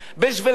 בגלל זה,